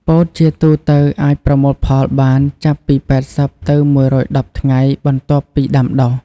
ពោតជាទូទៅអាចប្រមូលផលបានចាប់ពី ៨០ ទៅ ១១០ ថ្ងៃ បន្ទាប់ពីដាំដុះ។